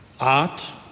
art